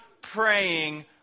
praying